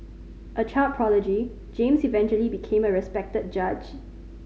a child prodigy James eventually became a respected judge